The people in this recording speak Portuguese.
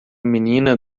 menina